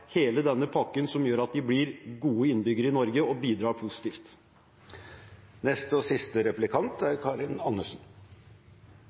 hele denne pakken som gjør at de blir gode innbyggere i Norge og bidrar positivt.